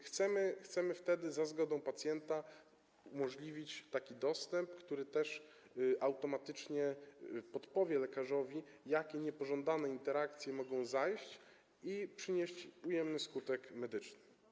Chcemy za zgodą pacjenta umożliwić taki dostęp, który też automatycznie podpowie lekarzowi, jakie niepożądane interakcje mogą zajść i przynieść ujemny skutek medyczny.